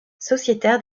sociétaire